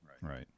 Right